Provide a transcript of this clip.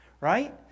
Right